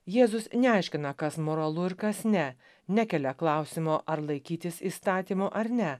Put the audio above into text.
jėzus neaiškina kas moralu ir kas ne nekelia klausimo ar laikytis įstatymo ar ne